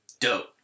Dope